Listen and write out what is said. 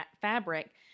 fabric